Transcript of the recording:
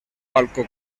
balcó